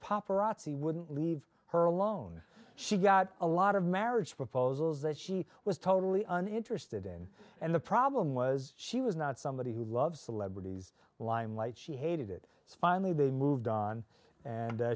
paparazzi wouldn't leave her alone she got a lot of marriage proposals that she was totally uninterested in and the problem was she was not somebody who loves celebrities limelight she hated it so finally they moved on and